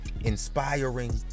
inspiring